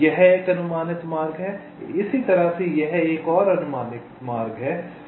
यह एक अनुमानित मार्ग है यह इस तरह से एक और अनुमानित मार्ग है